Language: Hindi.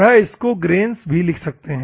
वह इसको ग्रेन्स भी लिख सकते हैं